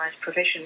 provision